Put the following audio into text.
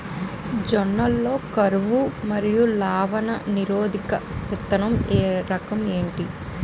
జొన్న లలో కరువు మరియు లవణ నిరోధక విత్తన రకం ఏంటి?